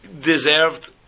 deserved